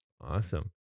Awesome